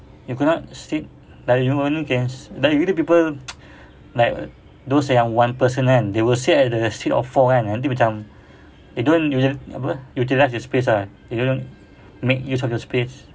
you cannot sit like you only can like usually people like those yang one person kan they will sit at the seat of four kan nanti macam they don't apa utilise the space ah they don't make use of the space